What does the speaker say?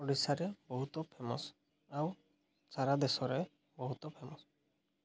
ଓଡ଼ିଶାରେ ବହୁତ ଫେମସ୍ ଆଉ ସାରା ଦେଶରେ ବହୁତ ଫେମସ୍